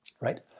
right